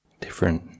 different